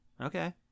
Okay